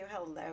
hello